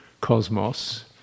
cosmos